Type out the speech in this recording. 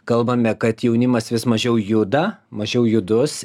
kalbame kad jaunimas vis mažiau juda mažiau judus